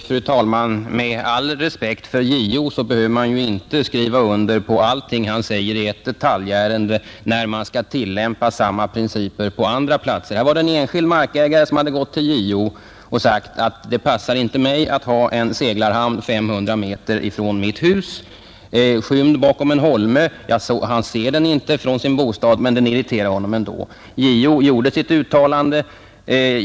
Fru talman! Med all respekt för JO behöver man inte skriva under på allt han säger i ett detaljärende, när man skall tillämpa samma principer på andra platser. Här var det en enskild markägare som hade gått till JO och sagt: ”Det passar inte mig att ha en seglarhamn 500 meter från mitt hus.” Den är skymd bakom en holme, han ser den inte från sin bostad, men den irriterar honom ändå. JO gjorde sitt uttalande.